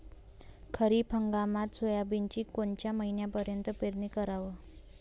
खरीप हंगामात सोयाबीनची कोनच्या महिन्यापर्यंत पेरनी कराव?